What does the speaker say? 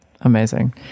Amazing